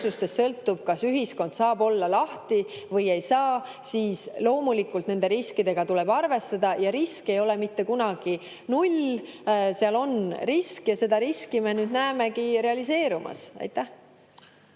sõltub, kas ühiskond saab olla lahti või ei saa, siis loomulikult nende riskidega tuleb arvestada. Ja risk ei ole mitte kunagi null, seal on risk ja seda riski me nüüd näemegi realiseerumas. Aitäh!